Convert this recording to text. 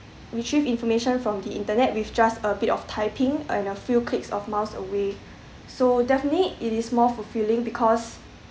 retrieve information from the internet with just a bit of typing and a few clicks of mouse away so definitely it is more fulfilling because